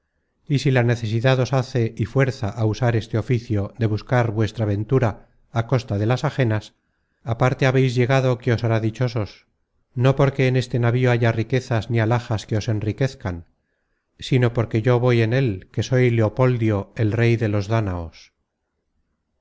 y si la necesidad os hace y fuerza á usar este oficio de buscar vuestra ventura á costa de las ajenas á parte habeis llegado que os hará dichosos no porque en este navío haya riquezas ni alhajas que os enriquezcan sino porque yo voy en él que soy leopoldio el rey de los danaos